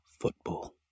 football